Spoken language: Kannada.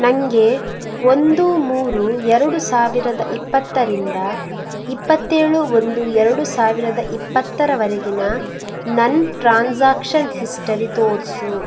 ನನಗೆ ಒಂದು ಮೂರು ಎರಡು ಸಾವಿರದ ಇಪ್ಪತ್ತರಿಂದ ಇಪ್ಪತ್ತೇಳು ಒಂದು ಎರಡು ಸಾವಿರದ ಇಪ್ಪತ್ತರವರೆಗಿನ ನನ್ನ ಟ್ರಾನ್ಸಾಕ್ಷನ್ ಹಿಸ್ಟರಿ ತೋರಿಸು